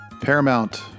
Paramount